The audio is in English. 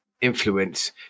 influence